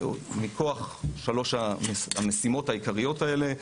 מכוח שלוש המשימות העיקריות האלה,